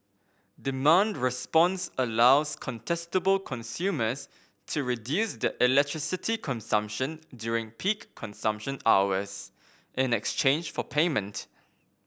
demand response allows contestable consumers to reduce their electricity consumption during peak consumption hours in exchange for payment